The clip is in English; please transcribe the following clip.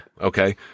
Okay